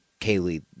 Kaylee